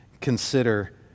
consider